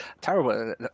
terrible